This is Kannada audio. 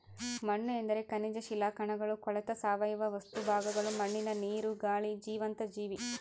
ಮಣ್ಣುಎಂದರೆ ಖನಿಜ ಶಿಲಾಕಣಗಳು ಕೊಳೆತ ಸಾವಯವ ವಸ್ತು ಭಾಗಗಳು ಮಣ್ಣಿನ ನೀರು, ಗಾಳಿ ಜೀವಂತ ಜೀವಿ